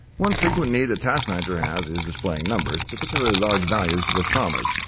one frequent need that task manager has is displaying numbers, particularly large values with commas.